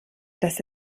dass